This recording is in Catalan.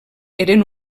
eren